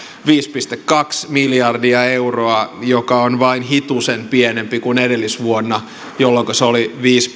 viisi pilkku kaksi miljardia euroa joka on vain hitusen pienempi kuin edellisvuonna jolloinka se oli viisi